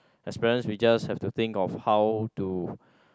as parents we just have to think of how to